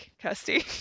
Kirsty